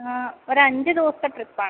ഒരു അഞ്ച് ദിവസത്തെ ട്രിപ്പാണ്